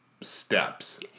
steps